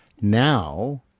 Now